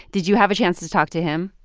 did you have a chance to talk to him?